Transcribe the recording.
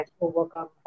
overcome